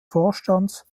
vorstands